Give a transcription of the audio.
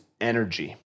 energy